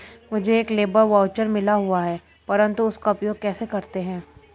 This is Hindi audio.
मुझे एक लेबर वाउचर मिला हुआ है परंतु उसका उपयोग कैसे करते हैं?